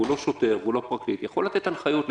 הוא לא שוטר והוא לא פרקליט יכול לתת לדוגמה הנחייה: